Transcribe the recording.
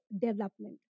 development